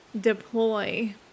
deploy